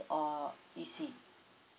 or E_C